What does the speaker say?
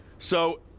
so,